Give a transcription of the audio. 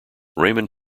raymond